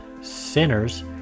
sinners